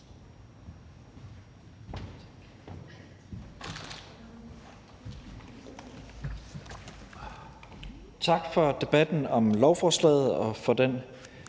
Tak for debatten om lovforslaget og for den